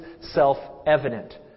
self-evident